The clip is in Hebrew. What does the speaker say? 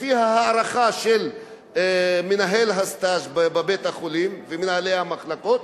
לפי ההערכה של מנהל הסטאז' בבית-החולים ומנהלי המחלקות,